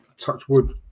Touchwood